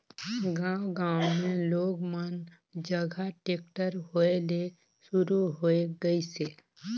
गांव गांव मे लोग मन जघा टेक्टर होय ले सुरू होये गइसे